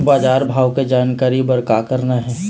बजार भाव के जानकारी बर का करना हे?